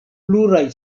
pluraj